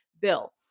bill